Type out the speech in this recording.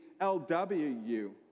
LWU